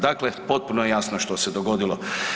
Dakle, potpuno je jasno što se dogodilo.